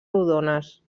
rodones